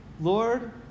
Lord